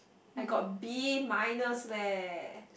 I got B minus leh